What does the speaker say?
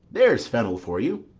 there's fennel for you,